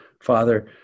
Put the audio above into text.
Father